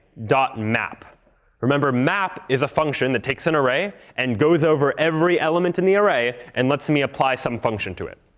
map remember, map is a function that takes an array, and goes over every element in the array, and lets me apply some function to it.